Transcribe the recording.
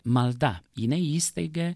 malda jinai įsteigė